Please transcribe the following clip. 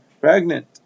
pregnant